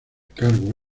cargo